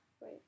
Wait